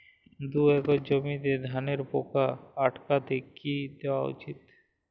দুই একর জমিতে ধানের পোকা আটকাতে কি দেওয়া উচিৎ?